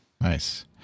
Nice